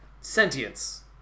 Sentience